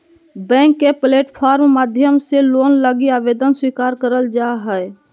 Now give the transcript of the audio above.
bank के platform माध्यम से लोन लगी आवेदन स्वीकार करल जा हय